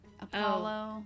Apollo